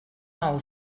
nou